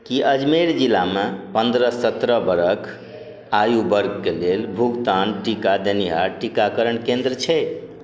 कि अजमेर जिलामे पनरह सतरह बरख आयु वर्गके लेल भुगतान टीका देनिहार टीकाकरण केन्द्र छै